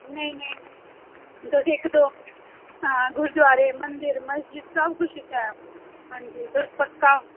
नेईं नेईं तुस इक दो हांऽ गुरुद्वारे मंदर मस्जिद सबकिश ऐ इत्थै